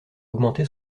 augmenté